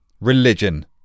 Religion